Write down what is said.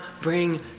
bring